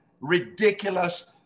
ridiculous